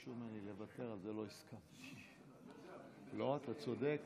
אתה צודק.